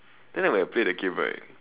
then when I play that game right